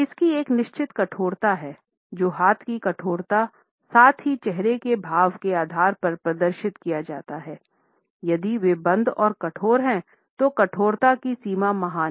इसकी एक निश्चित कठोरता हैजो हाथ की कठोरता साथ ही चेहरे के भाव के आधार पर प्रदर्शित किया जाता है यदि वे बंद और कठोर हैं तो कठोरता की सीमा महान है